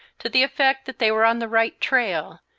to the effect that they were on the right trail,